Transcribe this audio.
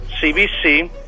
CBC